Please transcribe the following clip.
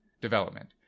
development